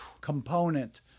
component